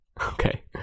Okay